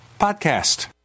PODCAST